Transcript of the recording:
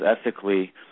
ethically